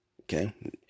Okay